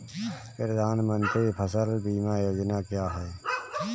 प्रधानमंत्री फसल बीमा योजना क्या है?